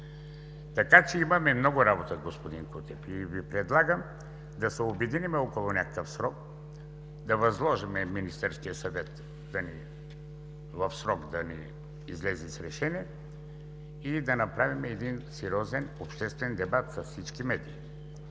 медиите. Имаме много работа, господин Кутев, и Ви предлагам да се обединим около някакъв срок, да възложим на Министерския съвет да излезе с решение и да направим един сериозен обществен дебат с всички медии,